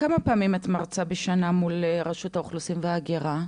כמה פעמים את מרצה בשנה מול רשות האוכלוסין וההגירה?